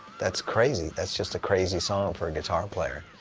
that's crazy. that's just a crazy song for a guitar player.